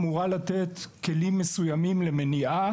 אמורה לתת כלים נוספים למניעה,